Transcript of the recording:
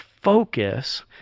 focus